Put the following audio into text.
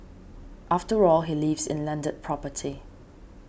after all he lives in landed property